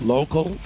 Local